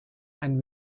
and